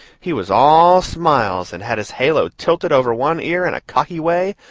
he was all smiles, and had his halo tilted over one ear in a cocky way,